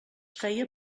feia